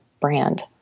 brand